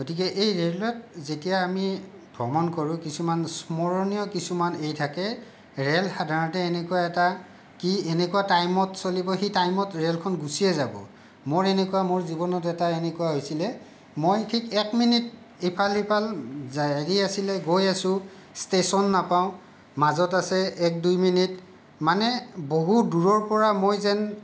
গতিকে এই ৰেলৱেত যেতিয়া আমি ভ্ৰমণ কৰোঁ কিছুমান স্মৰণীয় কিছুমান এই থাকে ৰেল সাধাৰণতে এনেকুৱা এটা কি এনেকুৱা টাইমত চলিব সেই টাইমত ৰেলখন গুছিয়ে যাব মোৰ এনেকুৱা মোৰ জীৱনত এটা এনেকুৱা হৈছিলে মই ঠিক এক মিনিত ইফাল সিফাল যাই হেৰি আছিলে গৈ আছোঁ ষ্টেচন নাপাওঁ মাজত আছে এক দুই মিনিট মানে বহুত দূৰৰ পৰা মই যেন